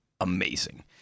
amazing